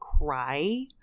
cry